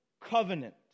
covenant